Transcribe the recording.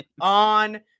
on